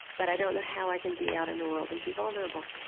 but i don't know how i can be out in the world and be vulnerable.